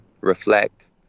reflect